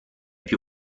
più